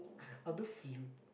I'll do flute